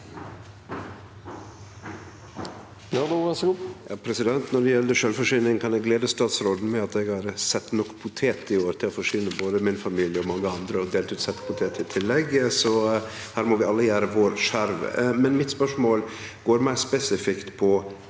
Når det gjeld sjølvforsyning, kan eg glede statsråden med at eg har sett nok poteter i år til å forsyne både min familie og mange andre, og har delt ut setjepoteter i tillegg, så her må vi alle yte vår skjerv. Mitt spørsmål går meir spesifikt på